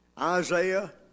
Isaiah